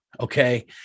okay